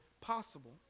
possible